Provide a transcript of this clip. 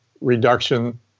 reduction